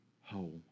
whole